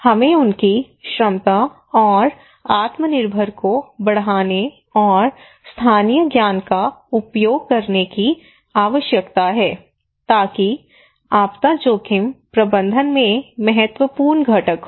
हमें उनकी क्षमता और आत्मनिर्भर को बढ़ाने और स्थानीय ज्ञान का उपयोग करने की आवश्यकता है ताकि आपदा जोखिम प्रबंधन में महत्वपूर्ण घटक हो